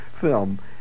film